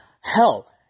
Hell